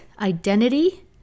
identity